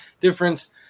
Difference